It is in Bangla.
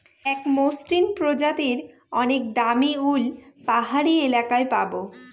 এক মসৃন প্রজাতির অনেক দামী উল পাহাড়ি এলাকায় পাবো